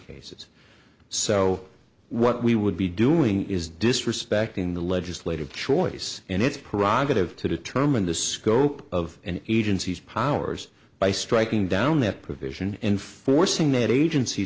cases so what we would be doing is disrespecting the legislative choice and its parag would have to determine the scope of an agency's powers by striking down that provision enforcing that agency